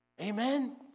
Amen